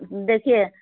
دیکھیے